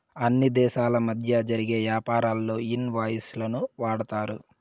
అన్ని దేశాల మధ్య జరిగే యాపారాల్లో ఇన్ వాయిస్ లను వాడతారు